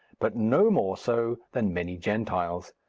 but no more so than many gentiles.